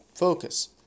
focus